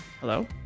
Hello